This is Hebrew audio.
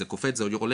זה קופץ זה עולה,